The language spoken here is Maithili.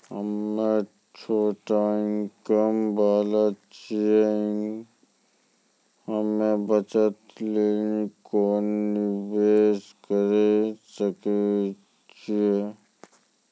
हम्मय छोटा इनकम वाला छियै, हम्मय बचत लेली कोंन निवेश करें सकय छियै?